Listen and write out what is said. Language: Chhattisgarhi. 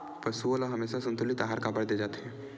पशुओं ल हमेशा संतुलित आहार काबर दे जाथे?